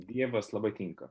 dievas labai tinka